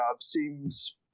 seems